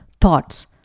thoughts